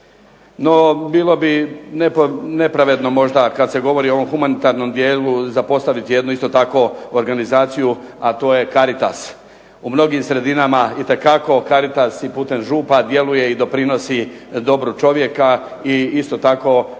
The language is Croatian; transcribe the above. No, bilo bi nepravedno možda kada se govori u ovom humanitarnom dijelu zapostaviti isto tako jednu organizaciju a to je Caritas. U mnogim sredinama itekako Caritas i putem župa djeluje i doprinosi dobro čovjeka, i isto tako maksimalno